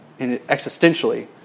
existentially